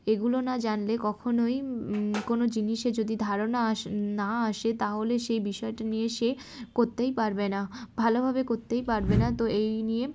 এগুলো না জানলে কখনোই কোনো জিনিসে যদি ধারণা আস না আসে তাহলে সেই বিষয়টা নিয়ে সে করতেই পারবে না ভালোভাবে করতেই পারবে না তো এই নিয়ে